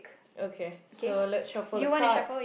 okay so let's shuffle the cards